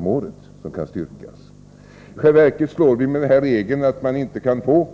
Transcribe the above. om året som skall kunna styrkas. Med den här regeln, som innebär att man inte kan få